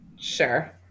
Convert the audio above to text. Sure